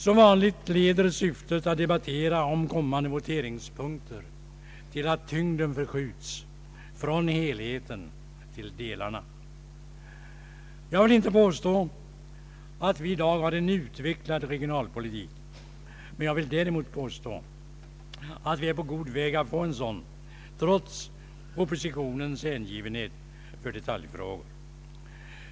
Som vanligt leder syftet att debattera om kommande voteringspunkter till att tyngden förskjuts från helheten till delarna. Jag vill inte påstå att vi i dag har en utvecklad regionalpolitik, men jag vill däremot påstå att vi är på god väg att få en sådan trots oppositionens hängivenhet för detaljfrågor.